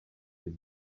his